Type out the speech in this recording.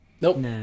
Nope